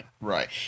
Right